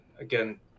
Again